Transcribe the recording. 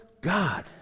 God